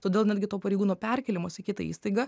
todėl netgi to pareigūno perkėlimas į kitą įstaigą